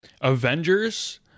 avengers